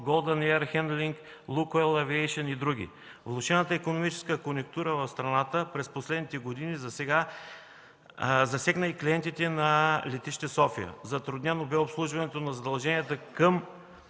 хендлинг”, „Лукойл ейвиейшън” и други. Влошената икономическа конюнктура в страната през последните години засегна и клиентите на летище София. Затруднено бе обслужването на задълженията към